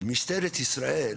משטרת ישראל,